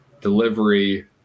delivery